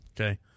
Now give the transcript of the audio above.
Okay